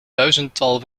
duizendtal